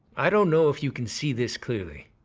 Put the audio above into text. i don't know if you can see this clearly.